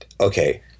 okay